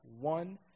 one